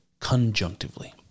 conjunctively